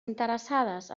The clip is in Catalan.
interessades